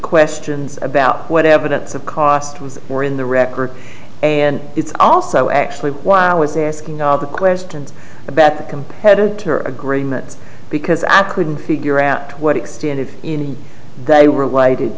questions about what evidence of cost was more in the record and it's also actually why i was asking other questions about the competitor agreements because i couldn't figure out to what extent if any they were